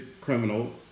criminal